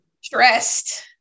Stressed